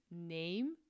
name